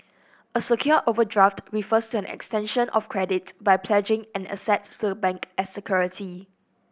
a secured overdraft refers to an extension of credit by pledging an asset to the bank as security